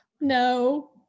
No